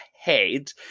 head